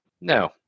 no